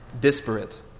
disparate